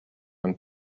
and